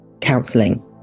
counselling